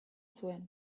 zuen